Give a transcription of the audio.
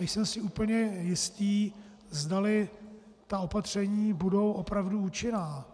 Nejsem si úplně jistý, zdali ta opatření budou opravdu účinná.